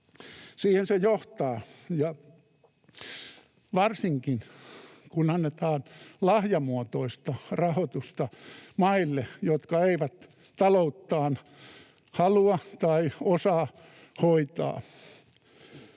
Siihen se johtaa, varsinkin kun annetaan lahjamuotoista rahoitusta maille, jotka eivät talouttaan halua tai osaa hoitaa.